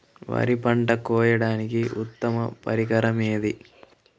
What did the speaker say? వరి పంట కోయడానికి ఉత్తమ పరికరం ఏది?